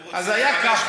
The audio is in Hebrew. הם רוצים, אז זה היה ככה.